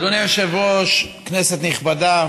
אדוני היושב-ראש, כנסת נכבדה,